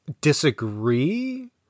disagree